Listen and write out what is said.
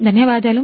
ధన్యవాదాలు